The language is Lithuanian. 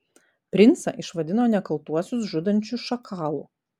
princą išvadino nekaltuosius žudančiu šakalu